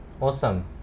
Awesome